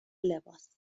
لباس